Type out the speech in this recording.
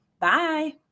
Bye